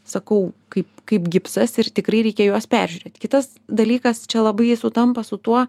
sakau kaip kaip gipsas ir tikrai reikia juos peržiūrėt kitas dalykas čia labai sutampa su tuo